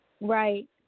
right